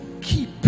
keep